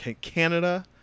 Canada